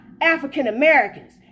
African-Americans